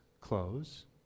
clothes